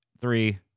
Three